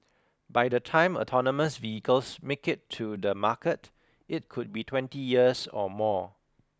by the time autonomous vehicles make it to the market it could be twenty years or more